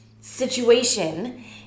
situation